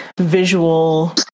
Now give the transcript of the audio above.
visual